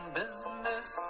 business